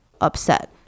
upset